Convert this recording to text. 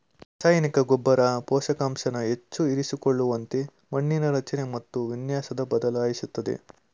ರಸಾಯನಿಕ ಗೊಬ್ಬರ ಪೋಷಕಾಂಶನ ಹೆಚ್ಚು ಇರಿಸಿಕೊಳ್ಳುವಂತೆ ಮಣ್ಣಿನ ರಚನೆ ಹಾಗು ವಿನ್ಯಾಸನ ಬದಲಾಯಿಸ್ತದೆ